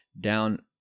down